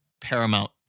paramount